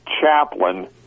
chaplain